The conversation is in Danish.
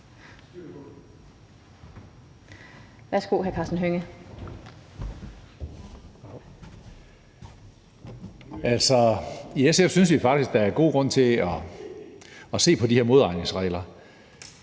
I SF synes vi faktisk, der er god grund til at se på de her modregningsregler.